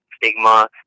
Stigma